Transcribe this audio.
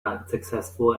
unsuccessful